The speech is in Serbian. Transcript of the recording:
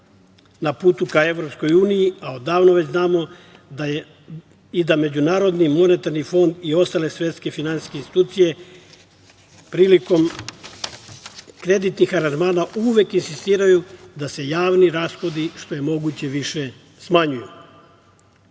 na putu ka Evropskoj uniji, a odavno već znamo da i Međunarodni monetarni fond i ostale svetske finansijske institucije prilikom kreditnih aranžmana uvek insistiraju da se javni rashodi, što je moguće više smanjuju. Tri